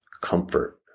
comfort